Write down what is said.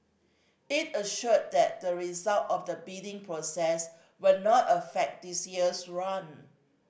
it assured that the result of the bidding process will not affect this year's run